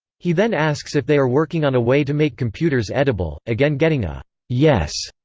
he then asks if they are working on a way to make computers edible, again getting a yes.